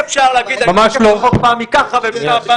אי-אפשר להגיד אני תוקף את החוק פעם מככה ומככה.